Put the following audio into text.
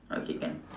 okay can